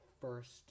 first